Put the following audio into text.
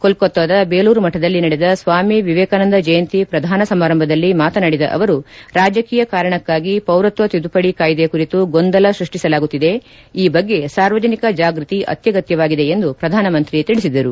ಕೊಲ್ಲತಾದ ದೇಲೂರು ಮಠದಲ್ಲಿ ನಡೆದ ಸ್ವಾಮಿ ವಿವೇಕಾನಂದ ಜಯಂತಿ ಪ್ರಧಾನ ಸಮಾರಂಭದಲ್ಲಿ ಮಾತನಾಡಿದ ಅವರು ರಾಜಕೀಯ ಕಾರಣಕ್ಕಾಗಿ ಪೌರತ್ವ ತಿದ್ದುಪಡಿ ಕಾಯಿದೆ ಕುರಿತು ಗೊಂದಲ ಸೃಷ್ಟಿಸಲಾಗುತ್ತಿದೆ ಈ ಬಗ್ಗೆ ಸಾರ್ವಜನಿಕ ಜಾಗೃತಿ ಅತ್ಯಗತ್ಭವಾಗಿದೆ ಎಂದು ಪ್ರಧಾನಮಂತ್ರಿ ಹೇಳಿದರು